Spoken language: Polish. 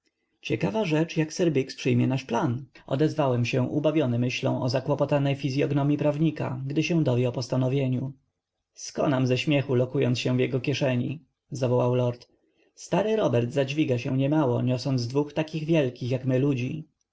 ciekawa rzecz jak sir biggs przyjmie nasz plan odezwałem się ubawiony myślą o zakłopotanej fizyognomii prawnika gdy się dowie o postanowieniu skonam ze śmiechu lokując się w jego kieszeni zawołał lord stary robert zdźwiga się niemało niosąc dwóch takich wielkich jak my ludzi